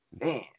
man